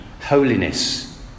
holiness